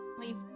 Leave